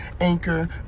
anchor